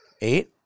Eight